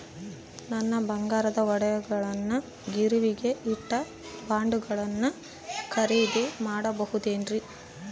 ನನ್ನ ಬಂಗಾರದ ಒಡವೆಗಳನ್ನ ಗಿರಿವಿಗೆ ಇಟ್ಟು ಬಾಂಡುಗಳನ್ನ ಖರೇದಿ ಮಾಡಬಹುದೇನ್ರಿ?